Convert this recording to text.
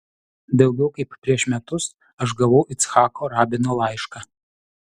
daugiau kaip prieš metus aš gavau icchako rabino laišką